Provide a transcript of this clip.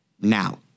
now